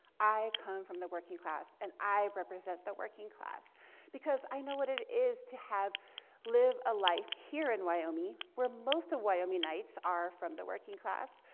i come from the working class and i represent the working class because i know what it is to have live a life here in wyoming, where most of wyomingites are from the working class.